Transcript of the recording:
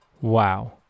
Wow